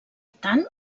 tant